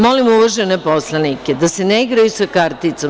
Molim, uvažene poslanike, da se ne igraju sa karticom.